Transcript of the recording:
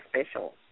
special